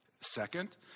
Second